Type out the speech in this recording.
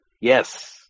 Yes